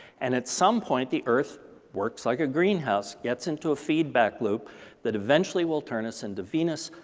and at some point the earth works like a greenhouse gets into a feedback loop that eventually will turn us into venus,